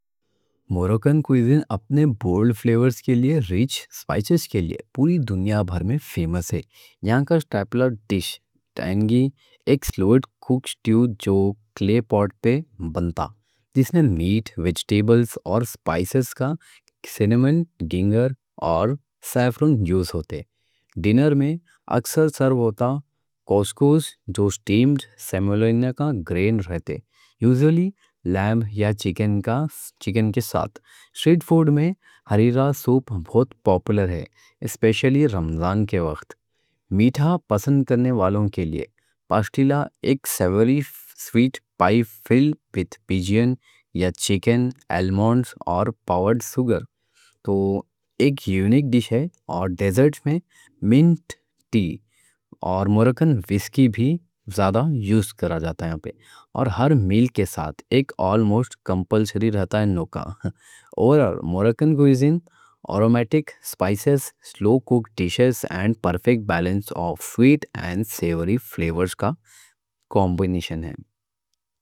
موروکن کوزین اپنے بولڈ فلیورز کے لیے ریچ اسپائسز کے لیے پوری دنیا بھر میں فیمس ہے۔ یہاں کا اسٹیپل ڈش ٹینگی ایک سلو کُکڈ اسٹو جو کلے پاٹ پہ بنتا۔ جس میں میٹ، ویجیٹیبلز اور اسپائسز، سینیمن، جنجر اور سیفرون یوز ہوتے۔ ڈنر میں اکثر سرو ہوتا کوسکوس جو اسٹیمڈ سیمولینا کا گرین رہتا۔ یوزولی لیمب یا چکن کے ساتھ۔ اسٹریٹ فوڈ میں حریرہ سوپ بہت پاپولر ہے، اسپیشلی رمضان کے وقت۔ میٹھا پسند کرنے والوں کے لیے پاستیلا ایک سیوری سویٹ پائی، فل وِد پیجن یا چکن، آلمونڈز اور پاوڈرڈ شوگر، ایک یونیک ڈش ہے۔ اور ڈیزرٹ میں منٹ ٹی اور موروکن وِسکی بھی زیادہ یوز کرا جاتا ہے۔ اور ہر میل کے ساتھ ایک آلموسٹ کمپلْسری رہتا۔ موروکن کوزین، آرومیٹک اسپائسز، سلو کُکڈ ڈشز اور پرفیکٹ بیلنس آف سویٹ اور سیوری فلیورز کا کمبینیشن ہے۔